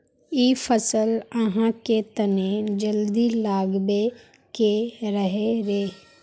इ फसल आहाँ के तने जल्दी लागबे के रहे रे?